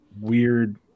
weird